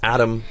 Adam